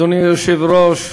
אדוני היושב-ראש,